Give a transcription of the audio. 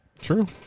True